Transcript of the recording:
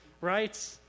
right